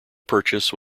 purchase